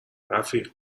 رفیق